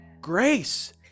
Grace